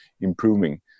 improving